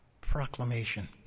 proclamation